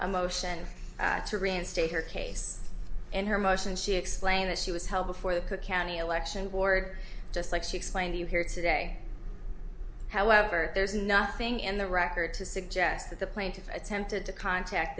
a motion to reinstate her case in her motion she explained that she was held before the cook county election board just like she explained you here today however there's nothing in the record to suggest that the plaintiff attempted to contact